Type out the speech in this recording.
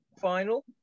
final